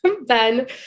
Ben